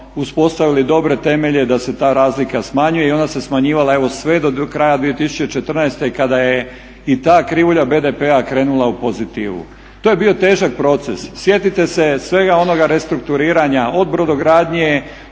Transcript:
uspostavili dobre temelje da se ta razlika smanjuje i ona se smanjivala sve do kraja 2014.kada je i ta krivulja BDP-a krenula u pozitivu. To je bio težak proces. Sjetite se svega onoga restrukturiranja od brodogradnje